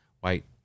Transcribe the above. white